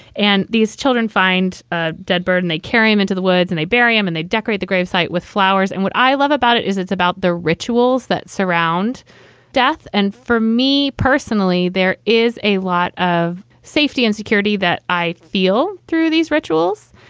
and these children find ah dead bird and they carry him into the woods and they bury em and they decorate the grave site with flowers. and what i love about it is it's about the rituals that surround death and for me personally, there is a lot of safety and security that i feel through these rituals.